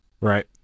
Right